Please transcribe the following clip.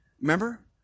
remember